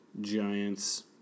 Giants